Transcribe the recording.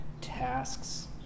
tasks